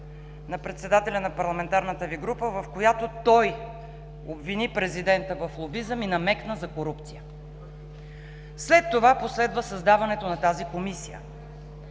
на председателя на парламентарната Ви група, в която той обвини президента в лобизъм и намекна за корупция. След това последва създаването на тази Комисия,